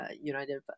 United